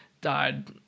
died